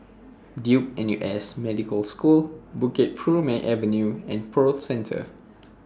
Duke N U S Medical School Bukit Purmei Avenue and Pearl Centre